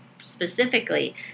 specifically